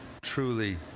truly